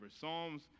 Psalms